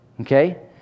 okay